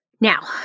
Now